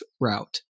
route